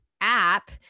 app